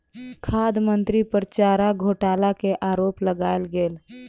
खाद्य मंत्री पर चारा घोटाला के आरोप लगायल गेल